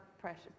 pressure